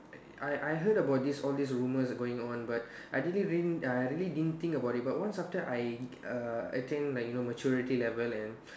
I I heard about this all this rumors going on but I didn't really uh I really didn't think about it but once I uh attain like maturity level and